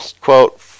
quote